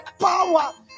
power